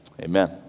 amen